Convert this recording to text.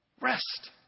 Rest